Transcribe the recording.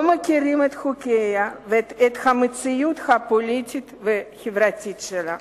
מכירים את חוקיה ואת המציאות הפוליטית והחברתית שלה.